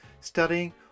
studying